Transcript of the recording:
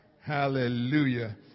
Hallelujah